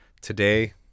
today